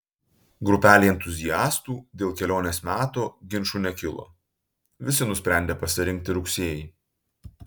grupelei entuziastų dėl kelionės meto ginčų nekilo visi nusprendė pasirinkti rugsėjį